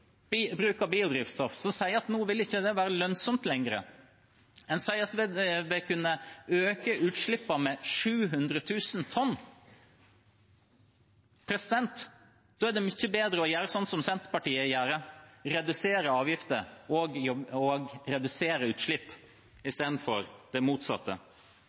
til bruk av biodrivstoff, sier at nå vil det ikke være lønnsomt lenger. En sier at det vil kunne øke utslippene med 700 000 tonn. Da er det mye bedre å gjøre som Senterpartiet gjør, redusere avgifter og redusere utslipp, istedenfor det motsatte.